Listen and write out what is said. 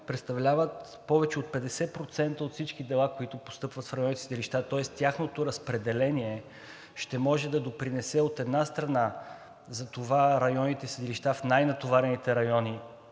представляват повече от 50% от всички дела, които постъпват в районните съдилища, тоест тяхното разпределение ще може да допринесе, от една страна, за това районните съдилища в най-натоварените райони